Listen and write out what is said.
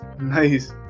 nice